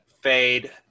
fade